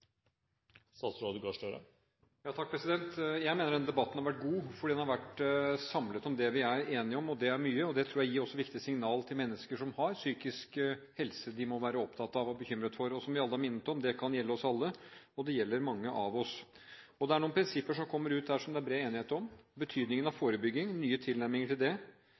enige om, og det er mye. Det tror jeg også gir viktige signal til mennesker som er opptatt av og bekymret for sin psykiske helse. Og som vi alle er minnet om: Det kan gjelde oss alle, og det gjelder mange av oss. Det er noen prinsipper som det er bred enighet om, bl.a. betydningen av forebygging og nye tilnærminger til det.